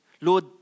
Lord